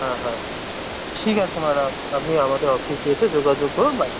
হ্যাঁ হ্যাঁ ঠিক আছে ম্যাডাম আপনি আমাদের অফিসে এসে যোগাযোগ করুন